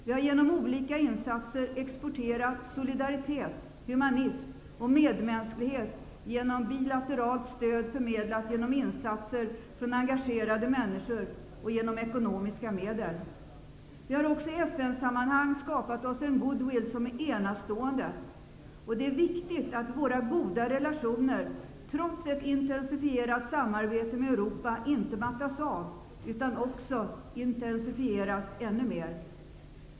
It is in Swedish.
Vi har genom olika insatser exporterat solidaritet, humanism och medmänsklighet genom bilateralt stöd förmedlat genom insatser från engagerade människor och genom ekonomiska medel. Vi har också i FN sammanhang skapat oss en goodwill som är enastående. Det är viktigt att våra goda relationer, trots ett intensifierat samarbete med Europa, inte mattas av utan också intensifieras ännu mer.